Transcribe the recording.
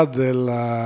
della